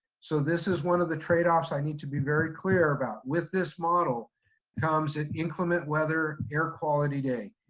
so this is one of the trade offs i need to be very clear about with this model comes an inclement weather air quality day,